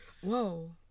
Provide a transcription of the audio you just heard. Whoa